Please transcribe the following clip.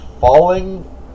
falling